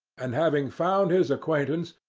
and having found his acquaintance,